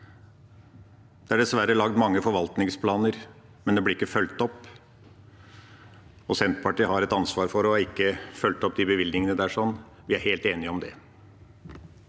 Det er dessverre lagd mange forvaltningsplaner, men de blir ikke fulgt opp, og Senterpartiet har et ansvar for ikke å ha fulgt opp de bevilgningene. Vi er helt enige om det.